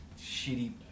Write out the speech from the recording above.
shitty